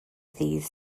ddydd